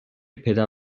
پدر